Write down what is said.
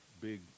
big